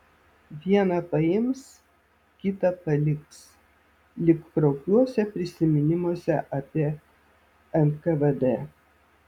vieną paims kitą paliks lyg kraupiuose prisiminimuose apie nkvd